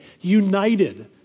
united